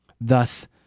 Thus